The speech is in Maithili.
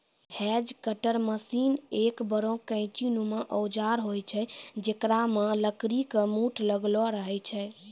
हेज कटर मशीन एक बड़ो कैंची नुमा औजार होय छै जेकरा मॅ लकड़ी के मूठ लागलो रहै छै